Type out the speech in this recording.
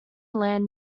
land